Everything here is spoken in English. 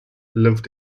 lived